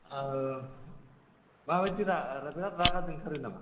माबादिरा बिराद रागा जोंथारो नामा